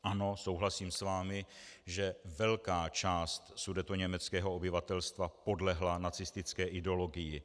Ano, souhlasím s vámi, že velká část sudetoněmeckého obyvatelstva podlehla nacistické ideologii.